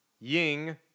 Ying